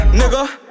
nigga